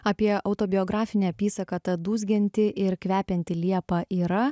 apie autobiografinę apysaką ta dūzgianti ir kvepianti liepa yra